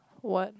what